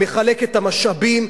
מחלק את המשאבים,